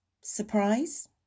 surprise